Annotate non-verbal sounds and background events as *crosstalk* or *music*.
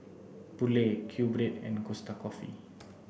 Poulet QBread and Costa Coffee *noise*